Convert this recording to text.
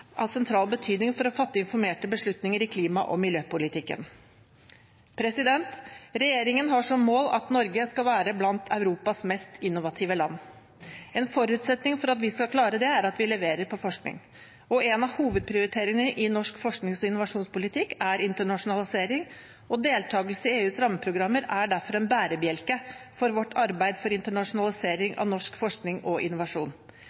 av sentral betydning for å fatte informerte beslutninger i klima- og miljøpolitikken. Regjeringen har som mål at Norge skal være blant Europas mest innovative land. En forutsetning for at vi skal klare det, er at vi leverer på forskning. En av hovedprioriteringene i norsk forsknings- og innovasjonspolitikk er internasjonalisering, og deltakelse i EUs rammeprogrammer er derfor en bærebjelke for vårt arbeid for internasjonalisering av norsk forskning og innovasjon.